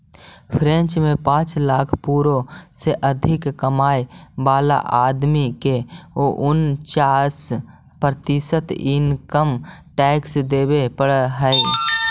French में पाँच lakh euro से अधिक कमाय वाला आदमी के उन्चास प्रतिशत इनकम टैक्स देवे पड़ऽ हई